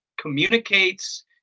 communicates